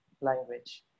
language